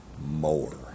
more